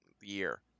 year